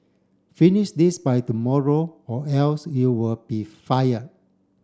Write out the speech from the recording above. finish this by tomorrow or else you will be fired